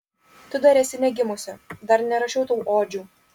tu dar esi negimusi dar nerašiau tau odžių